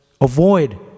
avoid